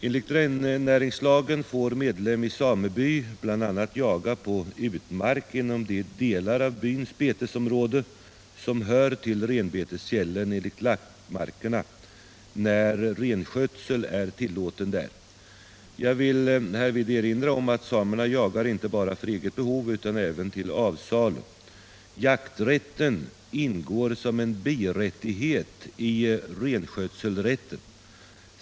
Enligt rennäringslagen får medlem i sameby bl.a. jaga på utmark inom de delar av byns betesområde som hör till renbetesfjällen eller lappmarkerna, när renskötsel är tillåten där. Jag vill härvid erinra om att samerna jagar inte bara för eget behov utan även till avsalu. Jakträtten ingår som en birättighet i renskötselrätten.